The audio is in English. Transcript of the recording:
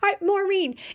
Maureen